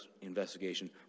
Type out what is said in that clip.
investigation